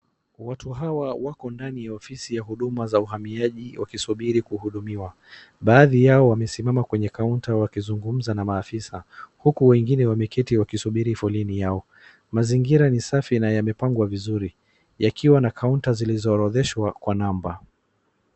Watu hawa wako ndani ya ofisi ya huduma za uhamiaji wakisubiri kuhudumiwa. Baadhi yao wamesimama kwenye kaunta wakizungumza na maafisa huku wengine wameketi huku wakisubiri foleni yao. Mazingira ni safi na yamepangwa vizuri yakiwa na kaunta zilizo orodheshwa kwa namba.